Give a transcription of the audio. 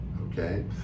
okay